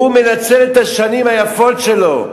הוא מנצל את השנים היפות שלו.